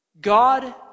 God